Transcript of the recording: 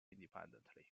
independently